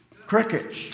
crickets